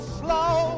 slow